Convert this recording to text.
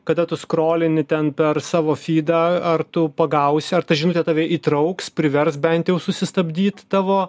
kada tu skrolini ten per savo fydą ar tu pagausi ar ta žinutė tave įtrauks privers bent jau susistabdyt tavo